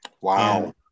Wow